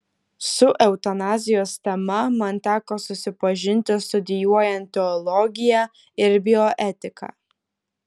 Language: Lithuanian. su eutanazijos tema man teko susipažinti studijuojant teologiją ir bioetiką